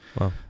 Wow